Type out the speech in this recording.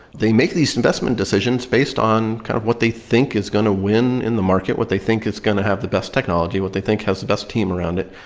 they make these investment decisions based on kind of what they think is going to win in the market, what they think is going to have the best technology, what they think has the best team around it.